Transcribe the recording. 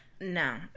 No